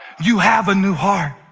you have a new heart